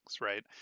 right